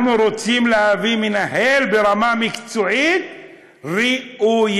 אנחנו רוצים להביא מנהל ברמה מקצועית ראויה.